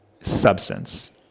substance